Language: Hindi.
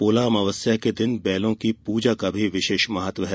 पोला अमावस्या के दिन बैलों की पूजा का भी विशेष महत्व है